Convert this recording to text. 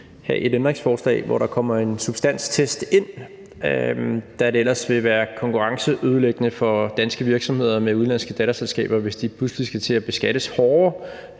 have et ændringsforslag, hvor der kommer en substanstest ind, da det ellers vil være konkurrenceødelæggende for danske virksomheder med udenlandske datterselskaber, hvis de pludselig skal til at beskattes hårdere